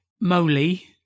moly